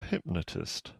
hypnotist